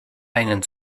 einen